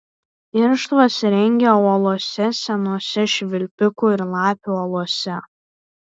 irštvas rengia uolose senose švilpikų ir lapių olose